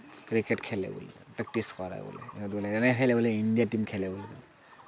cricket খেলে practice কৰে বোলে ইণ্ডিয়া টীম খেলে বোলে